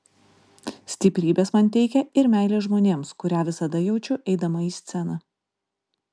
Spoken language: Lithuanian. stiprybės man teikia ir meilė žmonėms kurią visada jaučiu eidama į sceną